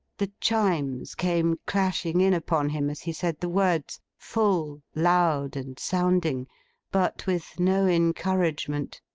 the chimes came clashing in upon him as he said the words. full, loud, and sounding but with no encouragement.